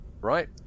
right